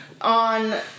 On